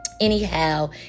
anyhow